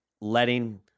letting